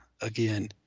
again